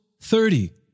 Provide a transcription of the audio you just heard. thirty